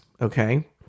okay